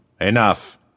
Enough